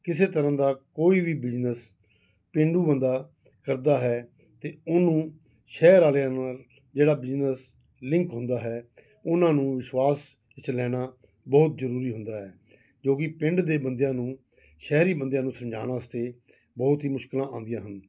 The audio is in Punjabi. ਕਿਸੇ ਤਰ੍ਹਾਂ ਦਾ ਕੋਈ ਵੀ ਬਿਜਨਸ ਪੇਂਡੂ ਬੰਦਾ ਕਰਦਾ ਹੈ ਤਾਂ ਉਹਨੂੰ ਸ਼ਹਿਰ ਵਾਲਿਆਂ ਨਾਲ ਜਿਹੜਾ ਬਿਜਨਸ ਲਿੰਕ ਹੁੰਦਾ ਹੈ ਉਨ੍ਹਾਂ ਨੂੰ ਵਿਸ਼ਵਾਸ ਵਿੱਚ ਲੈਣਾ ਬਹੁਤ ਜ਼ਰੂਰੀ ਹੁੰਦਾ ਹੈ ਜੋ ਕਿ ਪਿੰਡ ਦੇ ਬੰਦਿਆਂ ਨੂੰ ਸ਼ਹਿਰੀ ਬੰਦਿਆਂ ਨੂੰ ਸਮਝਾਉਣ ਵਾਸਤੇ ਬਹੁਤ ਹੀ ਮੁਸ਼ਕਿਲਾਂ ਆਉਂਦੀਆਂ ਹਨ